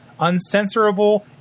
uncensorable